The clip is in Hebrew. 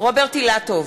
רוברט אילטוב,